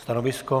Stanovisko?